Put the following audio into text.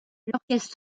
l’orchestre